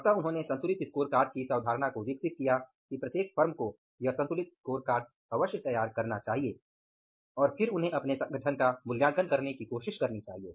अतः उन्होंने संतुलित स्कोरकार्ड की इस अवधारणा को विकसित किया कि प्रत्येक फर्म को यह संतुलित स्कोरकार्ड अवश्य तैयार करना चाहिए और फिर उन्हें अपने संगठन का मूल्यांकन करने की कोशिश करनी चाहिए